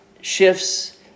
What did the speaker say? shifts